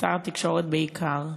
לשר התקשורת, בעיקר,